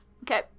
okay